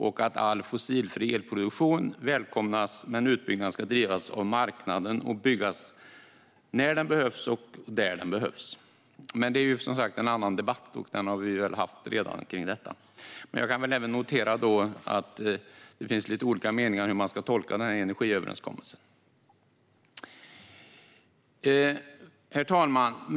All form av fossilfri elproduktion välkomnas, men utbyggnaden ska drivas av marknaden och byggas när den behövs och där den behövs. Men det är en annan debatt, som vi väl redan har haft. Jag noterar ändå att det finns lite olika meningar om hur man ska tolka denna energiöverenskommelse. Herr talman!